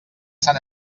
sant